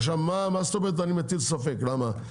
ומה זאת אומרת שאני מטיל ספק, למה?